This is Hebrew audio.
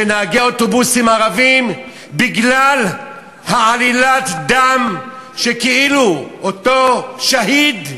של נהגי אוטובוסים ערבים בגלל עלילת הדם של כאילו אותו שהיד,